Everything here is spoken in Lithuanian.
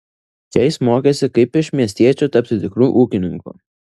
čia jis mokėsi kaip iš miestiečio tapti tikru ūkininku